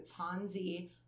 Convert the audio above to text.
Ponzi